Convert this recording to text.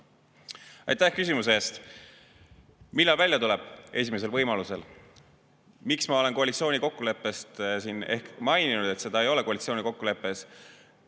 Aitäh küsimuse eest! Millal välja tulevad? Esimesel võimalusel. Miks ma olen koalitsioonikokkulepet siin maininud, öelnud, et seda ei ole koalitsioonikokkuleppes?